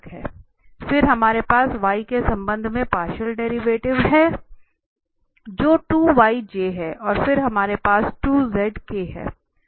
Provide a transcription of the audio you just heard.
फिर हमारे पास y के संबंध में पार्शियल डेरिवेटिव है जो है और फिर हमारे पास है